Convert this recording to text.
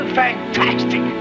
fantastic